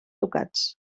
tocats